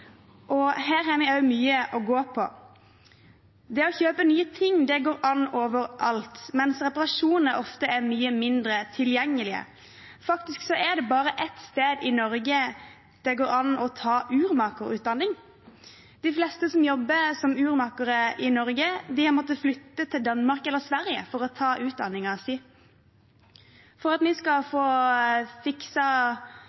Her har vi også mye å gå på. Det å kjøpe nye ting går an overalt, mens reparasjoner ofte er mye mindre tilgjengelig. Faktisk er det bare ett sted i Norge der det går an å ta urmakerutdanning. De fleste som jobber som urmakere i Norge, har måttet flytte til Danmark eller til Sverige for å ta utdanningen sin. For at vi skal